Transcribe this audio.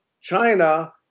China